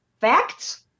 facts